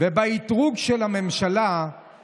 בלי שליושב-ראש הכנסת יש בכלל סמכות לעניין